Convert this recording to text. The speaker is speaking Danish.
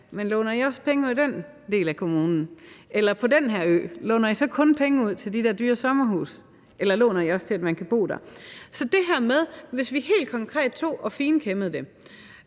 se: Låner I penge til alle dele af kommunen, og på den her ø låner I så kun penge ud til de dyre sommerhuse, eller låner I også til, at man kan bo der? Så hvis vi helt konkret finkæmmede det